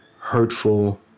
hurtful